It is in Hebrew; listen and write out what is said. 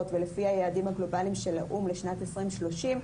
ולפי היעדים הגלובליים של האו"ם לשנת 2030,